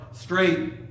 straight